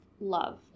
love